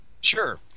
Sure